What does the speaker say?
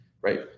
right